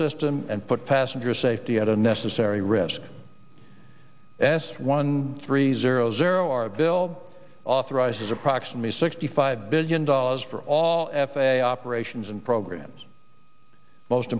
system and put passenger safety at unnecessary risk as one three zero zero our bill authorizes approximately sixty five billion dollars for all f a a operations and programs most